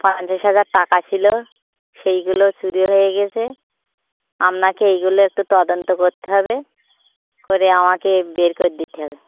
পঞ্চাশ হাজার টাকা ছিলো সেইগুলো চুরি হয়ে গেছে আপনাকে এইগুলো একটু তদন্ত করতে হবে করে আমাকে বের করে দিতে হবে